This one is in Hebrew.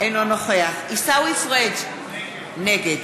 אינו נוכח עיסאווי פריג' נגד